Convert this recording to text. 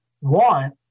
want